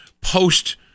post